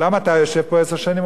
למה אתה יושב פה עשר שנים?